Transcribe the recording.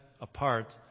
apart